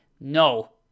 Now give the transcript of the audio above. No